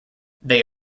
they